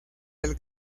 del